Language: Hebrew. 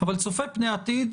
אבל צופה פני עתיד,